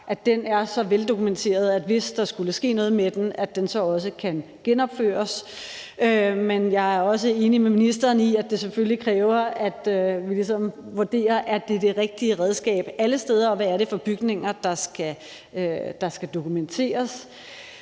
vi har, er så veldokumenteret, at hvis der skulle ske noget med den, kan den også genopføres. Men jeg er også enig med ministeren i, at det selvfølgelig kræver, at vi ligesom vurderer: Er det det rigtige redskab alle steder, og hvad er det for bygninger, der skal dokumenteres?